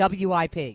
WIP